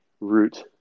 route